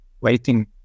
waiting